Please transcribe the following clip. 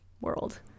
world